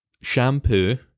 shampoo